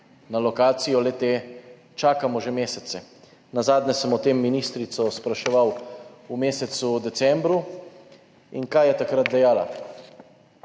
Na lokacijo le-te čakamo že mesece. Nazadnje sem o tem ministrico spraševal v mesecu decembru. In kaj je takrat dejala?